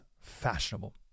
fashionable